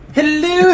Hello